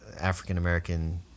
African-American